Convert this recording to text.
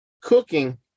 cooking